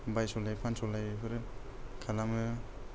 बायस'लाय फानस'लाय बेफोरखौ खालामो